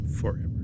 forever